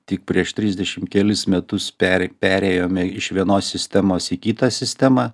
tik prieš trisdešim kelis metus per perėjome iš vienos sistemos į kitą sistemą